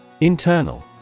Internal